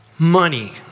Money